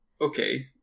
okay